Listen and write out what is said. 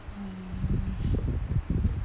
mm